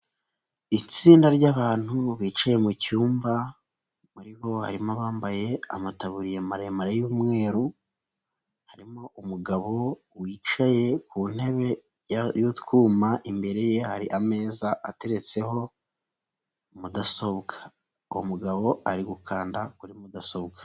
Itsinda ry'abantu bicaye mu cyumba, muri bo harimo abambaye amataburiya maremare y'umweru, harimo umugabo wicaye ku ntebe y'utwuma, imbere ye hari ameza ateretseho mudasobwa. Uwo mugabo ari gukanda kuri mudasobwa.